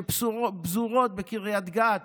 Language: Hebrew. שפזורות בקריית גת